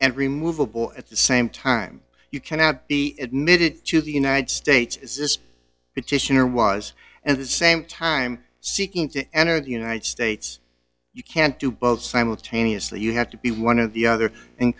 and removeable at the same time you cannot be admitted to the united states is this petition or was and the same time seeking to enter the united states you can't do both simultaneously you have to be one of the other in